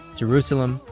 jerusalem,